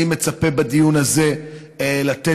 אני מצפה בדיון הזה לתת,